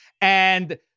And-